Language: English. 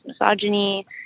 misogyny